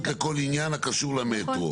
-- מתן עדיפות לכל עניין הקשור למטרו.